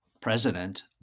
president